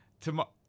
tomorrow